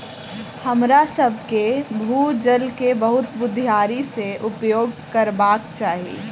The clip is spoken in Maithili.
हमरासभ के भू जल के बहुत बुधियारी से उपयोग करबाक चाही